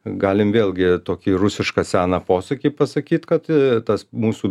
galim vėlgi tokį rusišką seną posakį pasakyt kad tas mūsų